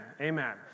Amen